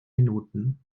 minuten